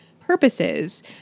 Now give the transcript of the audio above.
Purposes